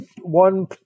one